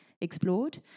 explored